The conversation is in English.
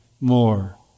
more